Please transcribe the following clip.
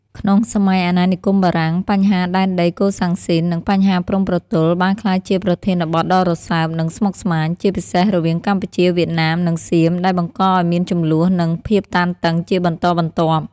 ក្នុងសម័យអាណានិគមបារាំង បញ្ហាដែនដីកូសាំងស៊ីន និងបញ្ហាព្រំប្រទល់បានក្លាយជាប្រធានបទដ៏រសើប និងស្មុគស្មាញ ជាពិសេសរវាងកម្ពុជា វៀតណាម និងសៀម ដែលបង្កឱ្យមានជម្លោះនិងភាពតានតឹងជាបន្តបន្ទាប់។